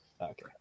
okay